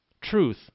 Truth